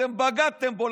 אתם בגדתם בו,